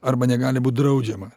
arba negali būt draudžiama